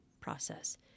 process